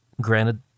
granted